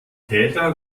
täter